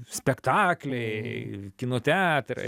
spektakliai kino teatrai